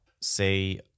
say